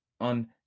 On